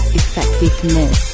effectiveness